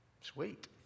sweet